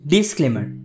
Disclaimer